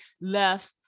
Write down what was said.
left